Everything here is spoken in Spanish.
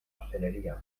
hostelería